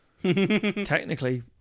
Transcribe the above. Technically